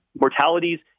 mortalities